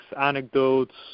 anecdotes